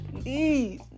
Please